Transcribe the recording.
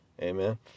Amen